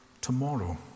tomorrow